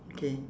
okay